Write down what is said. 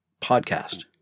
podcast